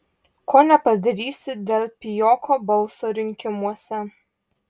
ko nepadarysi dėl pijoko balso rinkimuose